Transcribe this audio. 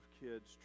kids